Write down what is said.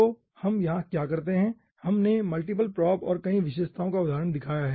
तो हम यहां क्या करते हैं हमने मल्टीप्ल प्रोब और कई विशेषताओं का उदाहरण दिखाया है